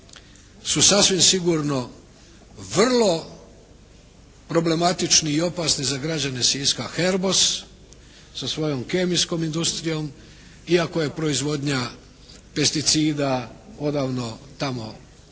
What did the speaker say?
su sasvim sigurno vrlo problematični i opasni za građane Siska "Herbos" sa svojom kemijskom industrijom iako je proizvodnja pesticida odavno tamo prestala,